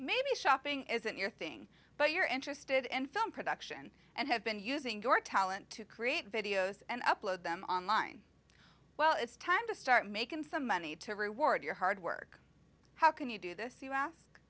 maybe shopping isn't your thing but you're interested in film production and have been using your talent to create videos and upload them online well it's time to start making some money to reward your hard work how can you do this you ask